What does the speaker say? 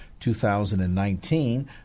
2019